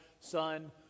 Son